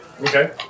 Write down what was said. Okay